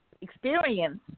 experience